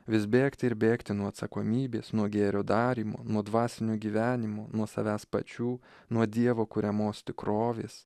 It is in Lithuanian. vis bėgti ir bėgti nuo atsakomybės nuo gėrio darymo nuo dvasinių gyvenimų nuo savęs pačių nuo dievo kuriamos tikrovės